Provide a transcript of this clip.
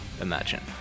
imagine